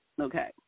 Okay